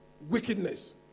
Wickedness